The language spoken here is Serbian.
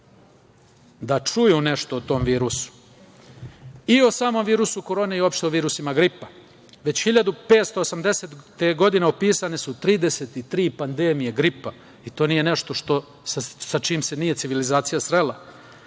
da čuju nešto o tom virusu, i o samom virusu korone i uopšte o virusima gripa. Već 1580. godine opisane su 33 pandemije gripa i to nije nešto sa čim se nije civilizacija srela.U